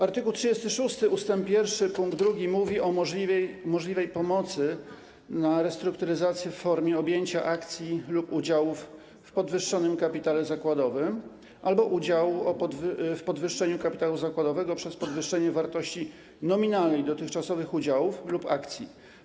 Art. 36 ust. 1 pkt 2 mówi o możliwej pomocy dotyczącej restrukturyzacji w formie objęcia akcji lub udziałów w podwyższonym kapitale zakładowym albo udziału w podwyższeniu kapitału zakładowego przez podwyższenie wartości nominalnej dotychczasowych udziałów lub akcji.